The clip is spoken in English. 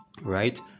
right